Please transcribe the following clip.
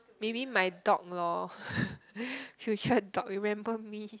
maybe my dog lor you sure dog remember me